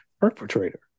perpetrator